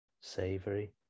savory